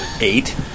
Eight